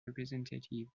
representatives